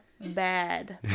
bad